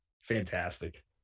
fantastic